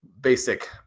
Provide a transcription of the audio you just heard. basic